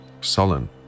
sullen